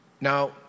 Now